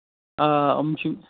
آ یِم چھِ